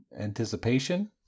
anticipation